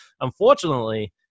unfortunately